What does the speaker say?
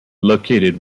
located